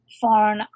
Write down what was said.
foreign